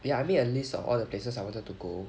ya I made a list of all the places I wanted to go